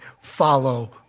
follow